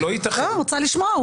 אני רוצה לשמוע.